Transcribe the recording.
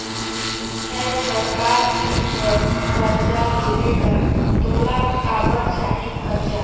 ते हर का चीच बर बरजा लेबे गा तोला काबर चाही करजा